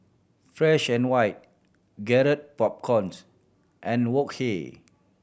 Fresh and White Garrett Popcorns and Wok Hey